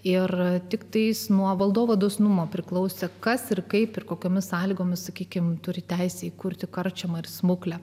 ir tiktai jis nuo valdovo dosnumo priklausė kas ir kaip ir kokiomis sąlygomis sakykime turi teisę įkurti karčiamą ir smuklę